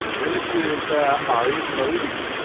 and this is ari mody,